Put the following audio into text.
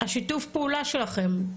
השיתוף פעולה שלכם.